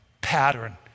pattern